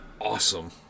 awesome